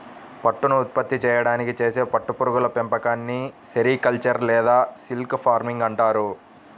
పట్టును ఉత్పత్తి చేయడానికి చేసే పట్టు పురుగుల పెంపకాన్ని సెరికల్చర్ లేదా సిల్క్ ఫార్మింగ్ అంటారు